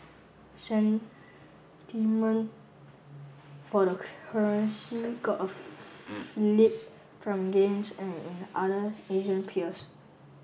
sentiment for the currency got a fillip from gains an in other Asian peers